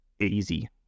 easy